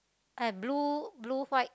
I have blue blue white